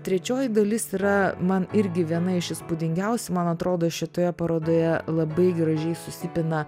trečioji dalis yra man irgi viena iš įspūdingiausių man atrodo šitoje parodoje labai gražiai susipina